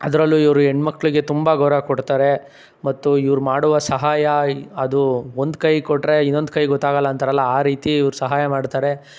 ಅದರಲ್ಲೂ ಇವರು ಹೆಣ್ಮಕ್ಳಿಗೆ ತುಂಬ ಗೌರವ ಕೊಡ್ತಾರೆ ಮತ್ತೂ ಇವರು ಮಾಡುವ ಸಹಾಯ ಈ ಅದು ಒಂದು ಕೈ ಕೊಟ್ಟರೆ ಇನ್ನೊಂದು ಕೈಗೆ ಗೊತ್ತಾಗಲ್ಲ ಅಂತಾರಲ್ಲ ಆ ರೀತಿ ಇವರು ಸಹಾಯ ಮಾಡ್ತಾರೆ